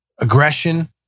aggression